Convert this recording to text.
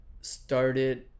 Started